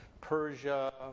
Persia